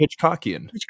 Hitchcockian